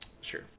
Sure